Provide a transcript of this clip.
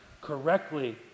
correctly